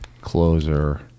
Closer